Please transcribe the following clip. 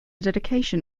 dedication